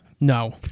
no